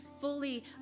fully